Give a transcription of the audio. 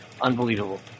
Unbelievable